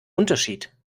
unterschied